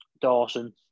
Dawson